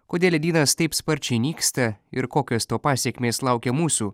kodėl ledynas taip sparčiai nyksta ir kokios to pasekmės laukia mūsų